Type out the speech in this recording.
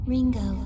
Ringo